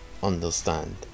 understand